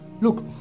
Look